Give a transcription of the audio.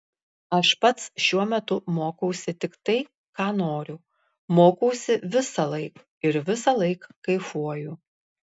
aš pats šiuo metu mokausi tik tai ką noriu mokausi visąlaik ir visąlaik kaifuoju